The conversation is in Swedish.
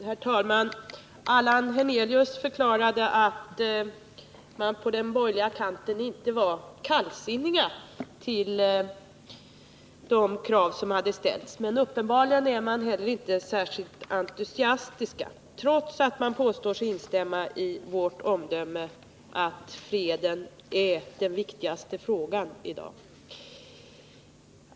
Herr talman! Allan Hernelius förklarade att man på den borgerliga kanten inte var kallsinnig till de krav som hade ställts. Men uppenbarligen är man inte särskilt entusiastisk, trots att man påstår sig instämma i vårt omdöme att freden är den viktigaste frågan i dag.